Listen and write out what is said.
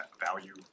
value